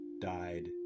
died